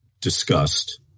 discussed